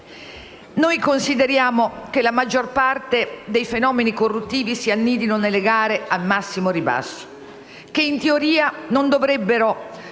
Noi consideriamo che la maggior parte dei fenomeni corruttivi si annidi nelle gare al massimo ribasso, che in teoria non avrebbero